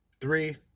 three